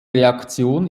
reaktion